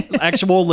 actual